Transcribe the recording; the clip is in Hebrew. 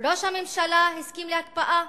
ראש הממשלה הסכים להקפאה